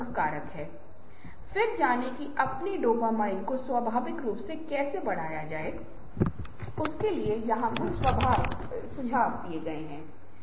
यहां तक कि अगर उनका एक अच्छा विचार है अगर लागू करना मुश्किल है तो संगठनों में टिक नहीं सकता है और अनुसंधान ने दिखाया है कि ये तकनीक बहुत सारे रचनात्मक विचार देती हैं